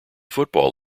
football